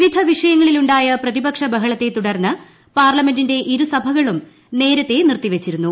വിവിധ വിഷയങ്ങളിൽ ഉണ്ടായ പ്രതിപക്ഷ ബഹളത്തെ തുടർന്ന് പാർലമെന്റിന്റെ ഇരുസഭകളും നേരത്തെ നിർത്തിവെച്ചിരുന്നു